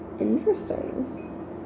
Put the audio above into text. Interesting